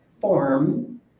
form